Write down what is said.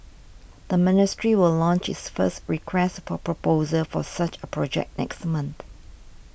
the ministry will launch its first Request for Proposal for such a project next month